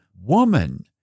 woman